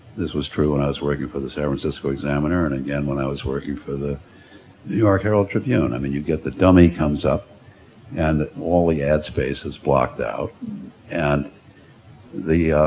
this was true when i was working for the san francisco examiner and again when i was working for the new york herald tribune. i mean you get the dummy comes up and all the ad space is blocked out and the